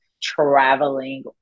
Traveling